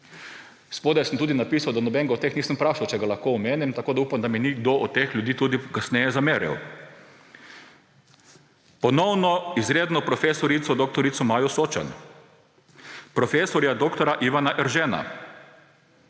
Spodaj sem tudi napisal, da nobenega od teh nisem vprašal, če ga lahko omenim, tako da upam, da mi ni noben od teh ljudi tudi kasneje zameril. Ponovno izredno prof. dr. Majo Sočan, prof. dr. Ivana Eržena